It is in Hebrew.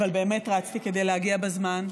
אבל באמת רצתי כדי להגיע בזמן.